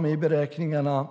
Men